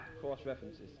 cross-references